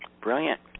Brilliant